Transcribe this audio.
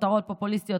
כותרות פופוליסטיות,